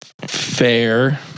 Fair